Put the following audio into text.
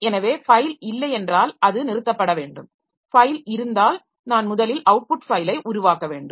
எனவே ஃபைல் இல்லை என்றால் அது நிறுத்தப்பட வேண்டும் ஃபைல் இருந்தால் நான் முதலில் அவுட்புட் ஃபைலை உருவாக்க வேண்டும்